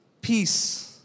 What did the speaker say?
peace